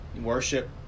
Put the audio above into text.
worship